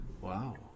Wow